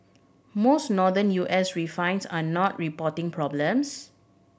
most Northern U S refines are not reporting problems